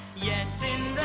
yes in